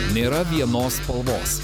nėra vienos spalvos